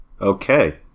Okay